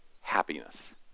happiness